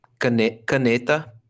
caneta